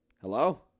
Hello